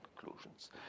conclusions